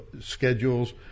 schedules